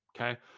Okay